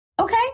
Okay